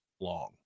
long